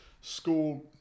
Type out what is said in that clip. school